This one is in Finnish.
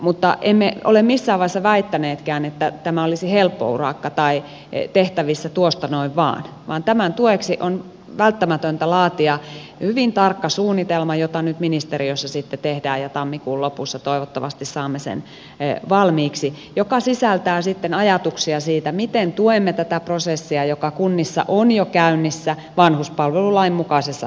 mutta emme ole missään vaiheessa väittäneetkään että tämä olisi helppo urakka tai tehtävissä tuosta noin vain vaan tämän tueksi on välttämätöntä laatia hyvin tarkka suunnitelma jota nyt ministeriössä sitten tehdään ja tammikuun lopussa toivottavasti saamme sen valmiiksi joka sisältää sitten ajatuksia siitä miten tuemme tätä prosessia joka kunnissa on jo käynnissä vanhuspalvelulain mukaisessa hengessä